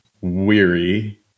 weary